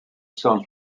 cent